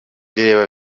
reba